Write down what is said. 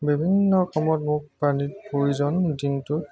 বিভিন্ন সময়ত মোক পানীৰ প্ৰয়োজন দিনটো